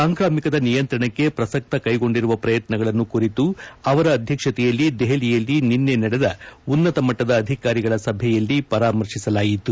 ಸಾಂಕ್ರಾಮಿಕದ ನಿಯಂತ್ರಣಕ್ಕೆ ಪ್ರಸಕ್ತ ಕೈಗೊಂಡಿರುವ ಪ್ರಯತ್ನಗಳನ್ನು ಕುರಿತು ಅವರ ಅಧ್ಯಕ್ಷತೆಯಲ್ಲಿ ದೆಹಲಿಯಲ್ಲಿ ನಿನ್ನೆ ನಡೆದ ಉನ್ನತ ಮಟ್ಟದ ಅಧಿಕಾರಿಗಳ ಸಭೆಯಲ್ಲಿ ಪರಾಮರ್ಶಿಸಲಾಯಿತು